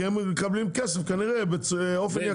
כי הם מקבלים כסף כנראה באופן יקר.